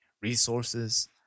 resources